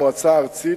המועצה הארצית,